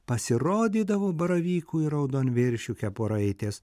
pasirodydavo baravykų ir raudonviršių kepuraitės